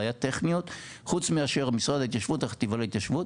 בעיות טכניות חוץ מאשר משרד ההתיישבות והחטיבה להתיישבות